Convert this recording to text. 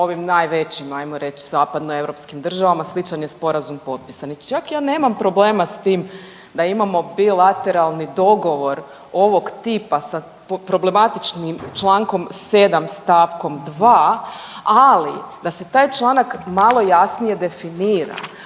ovim najvećim, ajmo reći, zapadnoeuropskim državama, sličan je sporazum potpisan i čak ja nemam problema s tim da imamo bilateralni dogovor ovog tipa sa problematičnim čl. 7 st. 2, ali da se taj članak malo jasnije definira,